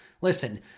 Listen